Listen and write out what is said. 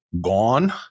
gone